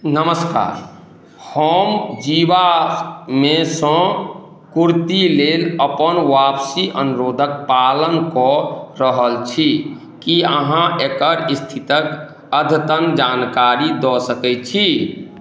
नमस्कार हम जीवामेसँ कुर्ति लेल अपन वापसी अनुरोधक पालन कऽ रहल छी की अहाँ एकर स्थितिक अधतन जानकारी दऽ सकै छी